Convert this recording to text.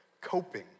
coping